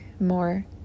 more